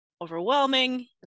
overwhelming